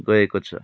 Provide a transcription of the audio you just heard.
गएको छ